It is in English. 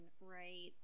right